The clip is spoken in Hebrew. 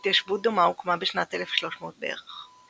התיישבות דומה הוקמה בשנת 1300 לערך,